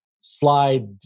slide